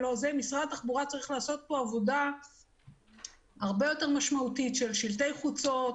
משרד התחבורה צריך לעשות פה עבודה הרבה יותר משמעותית של שלטי חוצות,